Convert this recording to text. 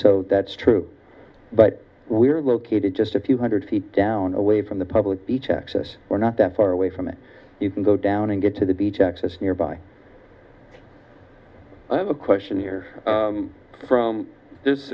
so that's true but we're located just a few hundred feet down away from the public beach access we're not that far away from it you can go down and get to the beach access nearby i have a question here from th